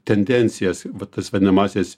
tendencijas va tas vadinamąsias